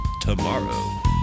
tomorrow